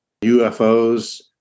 UFOs